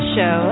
Show